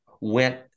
went